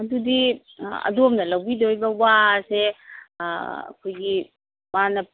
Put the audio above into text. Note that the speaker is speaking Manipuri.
ꯑꯗꯨꯗꯤ ꯑꯗꯣꯝꯅ ꯂꯧꯕꯤꯗꯣꯏꯕ ꯋꯥꯁꯦ ꯑꯩꯈꯣꯏꯒꯤ ꯃꯥꯅ